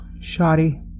Shoddy